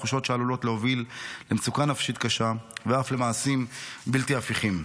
תחושות שעלולות להוביל למצוקה נפשית קשה ואף למעשים בלתי הפיכים.